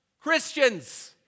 Christians